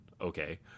okay